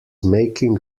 making